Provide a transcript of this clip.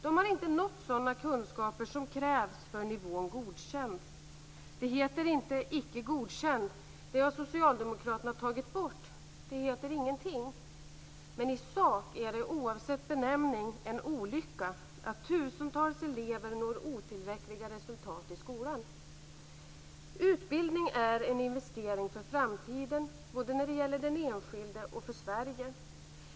De har inte nått sådana kunskaper som krävs för nivån godkänt. Det heter inte Icke godkänd. Det har socialdemokraterna tagit bort. Det heter ingenting. Men i sak är det oavsett benämning en olycka att tusentals elever når otillräckliga resultat i skolan. Utbildning är en investering för framtiden - både när det gäller den enskilde och för Sverige.